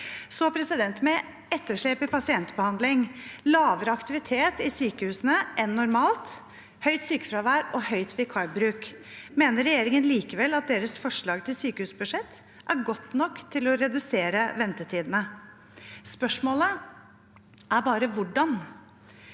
ni dager. Med etterslepet i pasientbehandling, lavere aktivitet i sykehusene enn normalt, høyt sykefravær og høy vikarbruk mener regjeringen likevel at deres forslag til sykehusbudsjett er godt nok til å redusere ventetidene. Spørsmålet er bare hvordan.